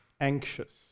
anxious